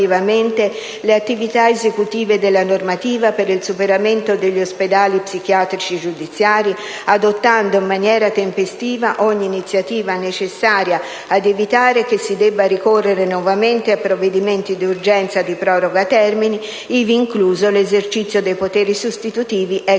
le attività esecutive della normativa per il superamento degli ospedali psichiatrici giudiziari, adottando in maniera tempestiva ogni iniziativa necessaria ad evitare che si debba ricorrere nuovamente a provvedimenti di urgenza di proroga termini, ivi incluso l'esercizio dei poteri sostitutivi, *ex* articolo